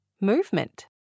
movement